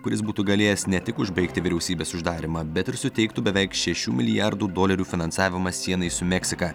kuris būtų galėjęs ne tik užbaigti vyriausybės uždarymą bet ir suteiktų beveik šešių milijardų dolerių finansavimą sienai su meksika